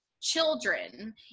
children